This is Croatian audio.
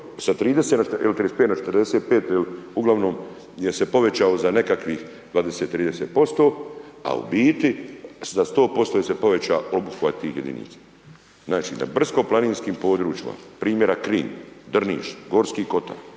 ili 35 na 45 i uglavnom gdje se povećao za nekakvih 20, 30% a u biti za 100% im poveća obuhvat tih jedinica. Znači brdsko-planinskim područjima primjera Knin, Drniš, Gorski kotar,